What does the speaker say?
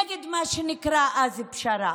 נגד מה שנקרא אז פשרה.